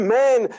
men